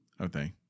Okay